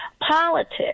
politics